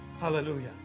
Hallelujah